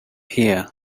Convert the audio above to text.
here